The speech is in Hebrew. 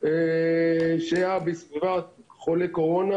היה בסביבת חולה קורונה